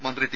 മന്ത്രി ടി